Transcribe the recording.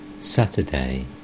Saturday